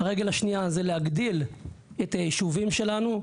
הרגל השנייה זה להגדיל את היישובים שלנו,